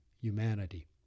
humanity